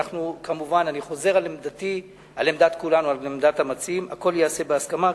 אני חוזר על עמדת המציעים: הכול ייעשה בהסכמה.